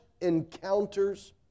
encounters